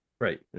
Right